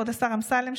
כבוד השר אמסלם,